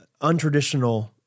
Untraditional